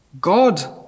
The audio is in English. God